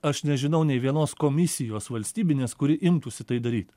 aš nežinau nei vienos komisijos valstybinės kuri imtųsi tai daryt